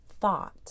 thought